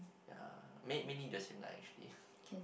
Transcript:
yeah main mainly the same like actually